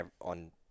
on